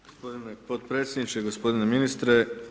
Gospodine podpredsjedniče, gospodine ministre.